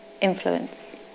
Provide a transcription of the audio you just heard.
influence